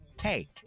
Hey